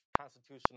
constitutional